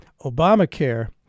Obamacare